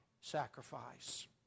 sacrifice